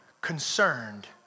concerned